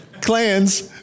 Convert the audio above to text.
clans